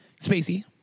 Spacey